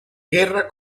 guerra